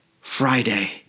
Friday